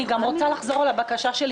אני רוצה גם לחזור על הבקשה שלי.